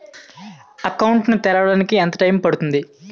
Account ను తెరవడానికి ఎంత టైమ్ పడుతుంది?